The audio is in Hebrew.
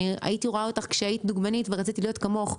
הייתי רואה אותך כשהיית דוגמנית ורציתי להיות כמוך,